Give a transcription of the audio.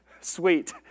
Sweet